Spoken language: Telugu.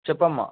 చేపమ్మ